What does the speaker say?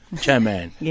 Chairman